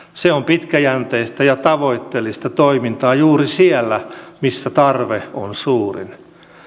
se on pitkäjänteistä ja tavoitteellista toimintaa juuri siellä missä tarve on suurin